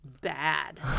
bad